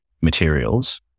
materials